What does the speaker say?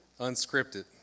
Unscripted